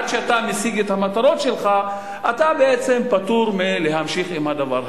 כשאתה משיג את המטרות שלך אתה בעצם פטור מלהמשיך עם הדבר הזה.